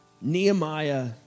Nehemiah